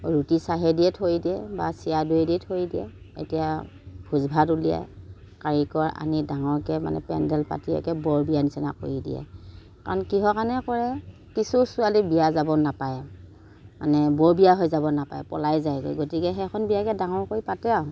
ৰুতি চাহেই দিয়ে থৈ দিয়ে বা চিৰা দৈয়ে দি থৈ দিয়ে এতিয়া ভোজ ভাত উলিয়ায় কাৰীকৰ আনি ডাঙৰকে পেণ্ডেল পাতি একেবাৰে বৰবিয়া নিচিনা কৰি দিলে কাৰণ কিহৰ কাৰণে কৰে কিছু ছোৱালী বিয়া যাব নাপায় মানে বৰবিয়া হৈ যাব নাপায় পলাই যায়গৈ গতিকে সেইখন বিয়াকে ডাঙৰকৈ পাতে আৰু